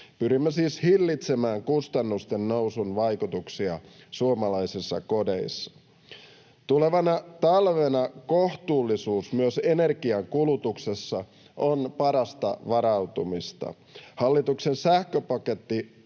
Pyrimme siis hillitsemään kustannusten nousun vaikutuksia suomalaisissa kodeissa. Tulevana talvena kohtuullisuus myös energiankulutuksessa on parasta varautumista. Hallituksen sähköpaketti